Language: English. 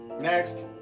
Next